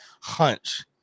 hunch